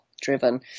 driven